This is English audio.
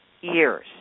years